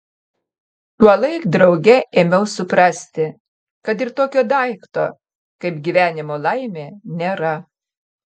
tuolaik drauge ėmiau suprasti kad ir tokio daikto kaip gyvenimo laimė nėra